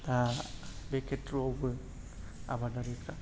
दा बे खेत्रआवबो आबादारिफ्रा